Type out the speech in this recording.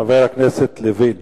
חבר כנסת לוין.